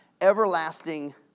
everlasting